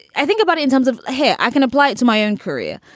i think about it in terms of, hey, i can apply it to my own career.